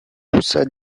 poussa